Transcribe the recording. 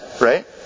Right